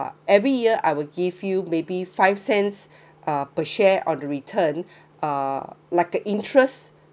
every year I will give you maybe five cents uh per share on the return uh like uh interest